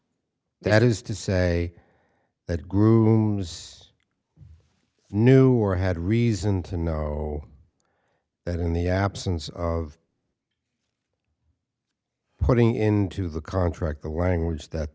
that is to say that group knew or had reason to know that in the absence of putting into the contract the language that